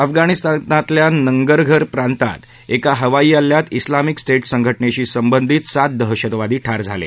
अफगाणिस्तानातल्या नंगरघर प्रांतात एका हवाई हल्ल्यात इस्लामिक स्टेट संघटनेशी संबंधीत सात दहशतवादी ठार झाले